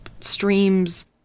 streams